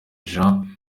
jean